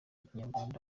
ikinyarwanda